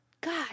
God